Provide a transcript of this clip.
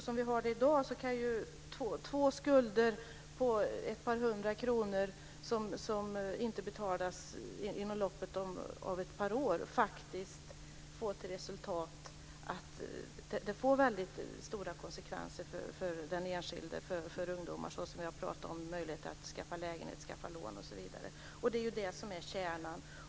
Som det är i dag kan två skulder på några hundra kronor som inte betalas inom loppet av ett par år faktiskt få väldigt stora konsekvenser för den enskilde, för ungdomar. Det gäller möjligheten att skaffa lägenhet, ta lån osv. Det är ju kärnan.